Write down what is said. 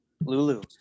lulu